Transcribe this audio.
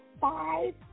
five